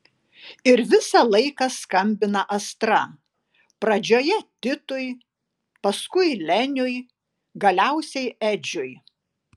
ir visą laiką skambina astra pradžioje titui paskui leniui galiausiai edžiui